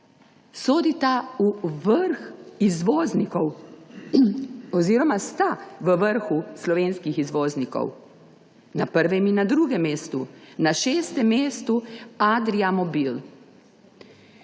sodita v vrh izvoznikov oziroma sta v vrhu slovenskih izvoznikov na prvem in na drugem mestu. Na šestem mestu je Adria Mobil.